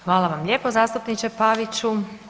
Hvala vam lijepo zastupniče Paviću.